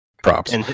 props